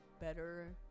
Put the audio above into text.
better